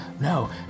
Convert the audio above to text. No